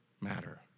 matter